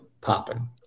popping